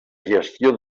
gestió